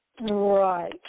Right